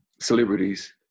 celebrities